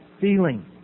feeling